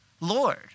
Lord